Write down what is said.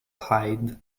hide